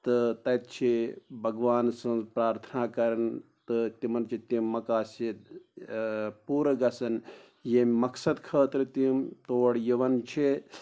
تہٕ تَتہِ چھِ بھگوان سٕںٛز پرٛارتھنہ کَران تہٕ تِمَن چھِ تِم مقاصِد پوٗرٕ گَژھان ییٚمہِ مقصد خٲطرٕ تِم تور یِوان چھِ